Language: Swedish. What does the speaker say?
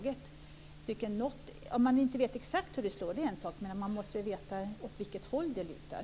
Det är en sak att man inte vet exakt hur det slår, men man måste väl veta åt vilket håll det lutar?